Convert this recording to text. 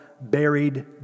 buried